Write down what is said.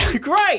Great